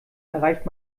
erreicht